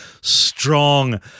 strong